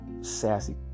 sassy